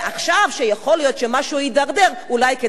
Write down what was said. כשיכול להיות שמשהו הידרדר אולי כדאי לדבר.